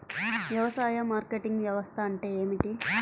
వ్యవసాయ మార్కెటింగ్ వ్యవస్థ అంటే ఏమిటి?